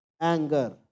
anger